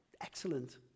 Excellent